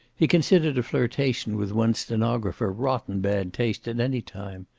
he considered a flirtation with one's stenographer rotten bad taste, at any time.